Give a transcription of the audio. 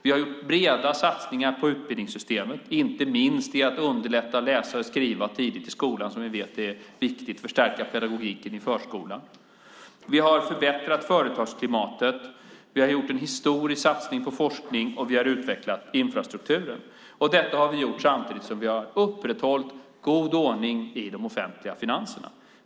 Vi har gjort breda satsningar på utbildningssystemet, inte minst genom att underlätta när det gäller att läsa och skriva tidigt i skolan. Det vet vi är viktigt för att stärka pedagogiken i förskolan. Vi har förbättrat företagsklimatet. Vi har gjort en historisk satsning på forskning och vi har utvecklat infrastrukturen. Detta har vi gjort samtidigt som vi har upprätthållit god ordning i de offentliga finanserna.